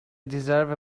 deserve